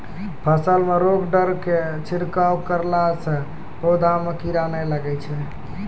फसल मे रोगऽर के छिड़काव करला से पौधा मे कीड़ा नैय लागै छै?